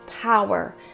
power